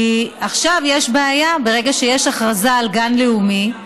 כי עכשיו יש בעיה: ברגע שיש הכרזה על גן לאומי,